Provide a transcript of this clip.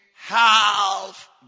Half